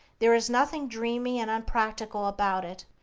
there is nothing dreamy and unpractical about it.